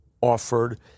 offered